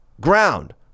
ground